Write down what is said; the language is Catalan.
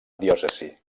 diòcesi